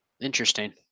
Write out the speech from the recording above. Interesting